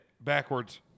backwards